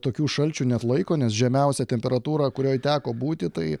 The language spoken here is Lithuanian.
tokių šalčių neatlaiko nes žemiausia temperatūra kurioj teko būti tai